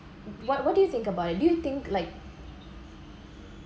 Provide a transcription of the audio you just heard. what what do you think about it do you think like